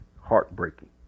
heartbreaking